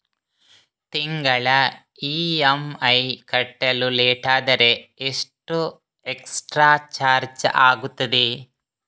ತಿಂಗಳ ಇ.ಎಂ.ಐ ಕಟ್ಟಲು ಲೇಟಾದರೆ ಎಷ್ಟು ಎಕ್ಸ್ಟ್ರಾ ಚಾರ್ಜ್ ಆಗುತ್ತದೆ?